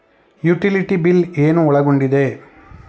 Utility bill ಏನು ಒಳಗೊಂಡಿದೆ?